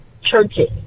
churches